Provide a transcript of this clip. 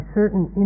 certain